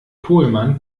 pohlmann